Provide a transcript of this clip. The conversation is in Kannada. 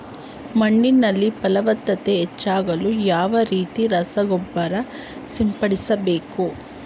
ಮಣ್ಣಿನಲ್ಲಿ ಫಲವತ್ತತೆ ಹೆಚ್ಚಾಗಲು ಯಾವ ರೀತಿಯ ರಸಗೊಬ್ಬರ ಸಿಂಪಡಿಸಬೇಕು?